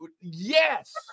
Yes